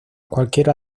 cualquiera